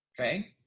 Okay